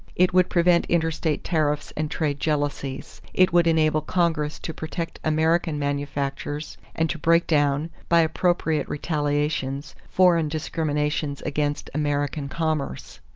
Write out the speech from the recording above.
it would prevent interstate tariffs and trade jealousies it would enable congress to protect american manufactures and to break down, by appropriate retaliations, foreign discriminations against american commerce.